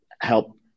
help